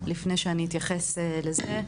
לפני שאני אתייחס לזה,